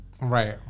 Right